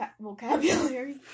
vocabulary